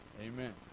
Amen